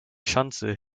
schanze